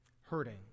hurting